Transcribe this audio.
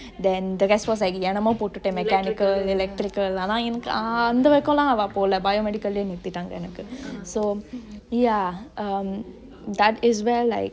then the rest was like என்னமோ போட்டுட்டே:ennemo pottute mechanical electrical ஆனா அந்த வரைக்குலா நா போல:aana anthe varaikulaa naa pole biomedical ல நிருத்திட்டாங்க:le niruthittange enaku so ya that is where like